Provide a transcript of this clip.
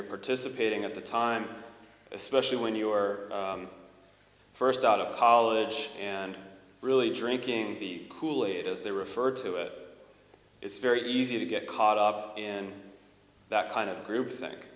you're participating at the time especially when you're first out of college and really drinking the kool aid as they refer to it it's very easy to get caught up in that kind of group thin